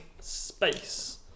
space